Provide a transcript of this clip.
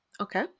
Okay